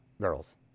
girls